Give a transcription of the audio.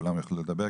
שכולם יוכלו לדבר,